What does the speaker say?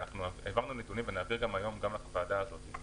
העברנו נתונים ונעביר גם לוועדה זו,